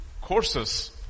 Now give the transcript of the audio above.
courses